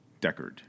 Deckard